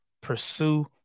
Pursue